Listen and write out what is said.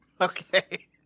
Okay